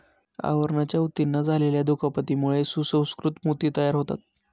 आवरणाच्या ऊतींना झालेल्या दुखापतीमुळे सुसंस्कृत मोती तयार होतात